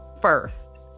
first